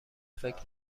فکر